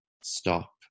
stop